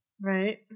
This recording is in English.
Right